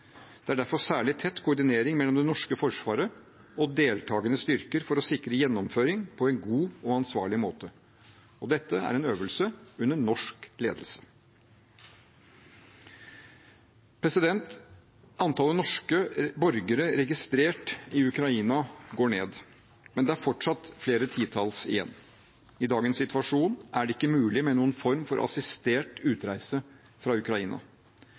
er derfor særlig tett koordinering mellom det norske forsvaret og deltagende styrker for å sikre gjennomføring på en god og ansvarlig måte. Dette er en øvelse under norsk ledelse. Antallet norske borgere registrert i Ukraina går ned, men det er fortsatt flere titalls igjen. I dagens situasjon er det ikke mulig med noen form for assistert utreise fra Ukraina.